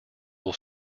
will